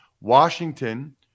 Washington